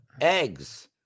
eggs